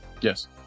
Yes